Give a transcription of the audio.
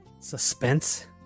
Suspense